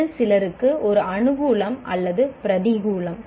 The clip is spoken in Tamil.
இது சிலருக்கு ஒரு அனுகூலம் அல்லது ஒரு பிரதிகூலம்